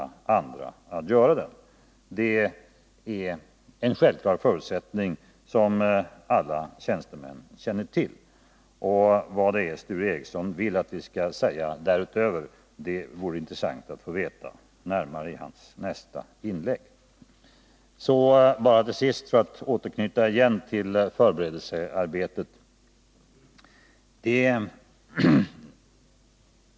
Detta är en självklar förutsättning som alla tjänstemän känner till. Vad det är som Sture Ericson vill att vi skall säga därutöver vore det intressant att få veta närmare om i hans nästa inlägg. Så bara till sist, för att återknyta till förberedelsearbetet.